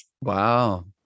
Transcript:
Wow